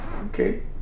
Okay